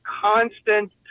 constant